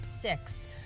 six